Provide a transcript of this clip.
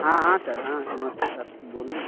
हाँ हाँ सर हाँ नमस्ते सर बोलें